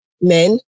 men